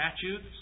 statutes